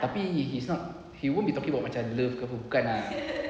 tapi he's not he won't be talking macam love bukan ah